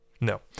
No